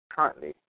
Currently